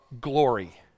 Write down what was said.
glory